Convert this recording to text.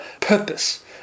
purpose